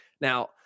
Now